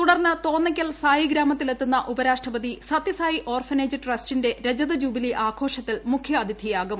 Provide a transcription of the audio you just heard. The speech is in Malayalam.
തുടർന്ന് തോന്നയ്ക്കൽ സായിഗ്രാമത്തിലെത്തുന്ന ഉപരാഷ്ട്രപതി സത്യസായി ഓർഫനേജ് ട്രസ്റ്റിന്റെ രജതജൂബിലി ആഘോഷത്തിൽ മുഖ്യാതിഥിയാവും